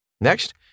Next